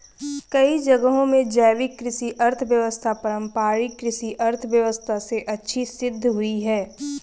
कई जगहों में जैविक कृषि अर्थव्यवस्था पारम्परिक कृषि अर्थव्यवस्था से अच्छी सिद्ध हुई है